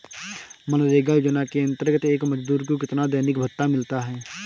मनरेगा योजना के अंतर्गत एक मजदूर को कितना दैनिक भत्ता मिलता है?